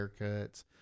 haircuts